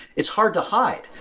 it's hard to hide.